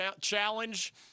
challenge